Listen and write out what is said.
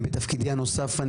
בתפקדי הנוסף,